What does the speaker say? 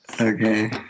Okay